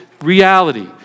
reality